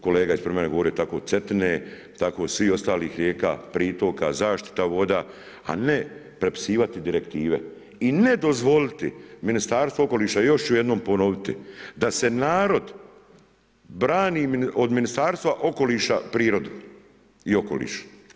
Kolega ispred mene je govorio tako Cetine, tako svih ostalih rijeka, pritoka, zaštita voda, a ne prepisivati direktive i ne dozvoliti Ministarstvu okoliša, još ću jednom ponoviti da se narod brani od Ministarstva okoliša prirodu i okoliš.